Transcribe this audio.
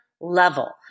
level